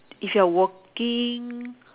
if you are walking